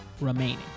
remaining